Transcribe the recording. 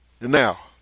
Now